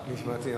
משמעתיים.